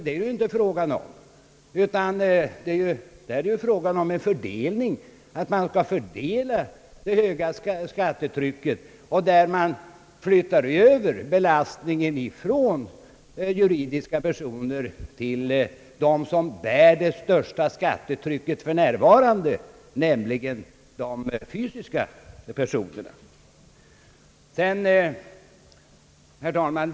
Det är inte det det är frågan om, utan det är frågan om en fördelning av det höga skattetrycket, där man flyttar över belastningen ifrån juridiska personer till dem som bär det största skattetrycket för närvarande, nämligen de fysiska personerna. Herr talman!